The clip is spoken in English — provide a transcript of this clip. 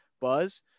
buzz